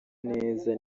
neza